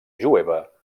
jueva